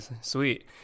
sweet